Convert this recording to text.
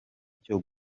cyo